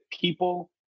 people